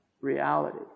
reality